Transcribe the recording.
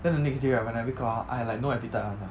then the next day right when I wake up ah I like no appetite [one] sia